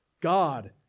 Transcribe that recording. God